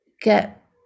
get